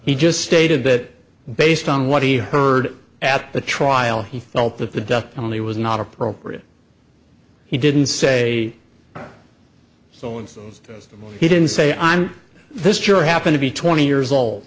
he just stated that based on what he heard at the trial he felt that the death only was not appropriate he didn't say so and so he didn't say i'm this sure happen to be twenty years old